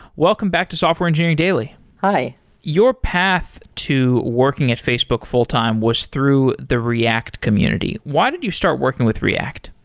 welcome back to software engineering daily hi your path to working at facebook full-time was through the react community. why did you start working with react?